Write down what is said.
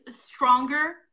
stronger